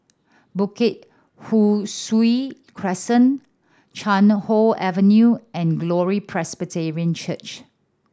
Bukit Ho Swee Crescent Chuan Hoe Avenue and Glory Presbyterian Church